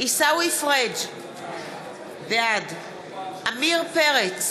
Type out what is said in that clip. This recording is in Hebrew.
עיסאווי פריג' בעד עמיר פרץ,